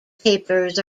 papers